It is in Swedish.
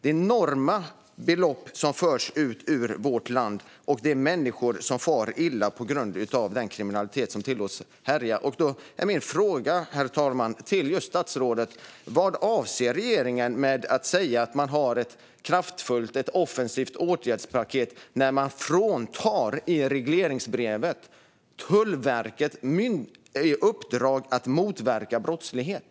Det är enorma belopp som förs ut ur vårt land, och människor far illa på grund av den kriminalitet som tillåts härja. Min fråga till statsrådet är: Vad avser regeringen när man säger att man har ett kraftfullt, offensivt åtgärdspaket, när man i regleringsbrevet fråntar Tullverket uppdraget att motverka brottslighet?